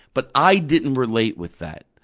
but i didn't relate with that.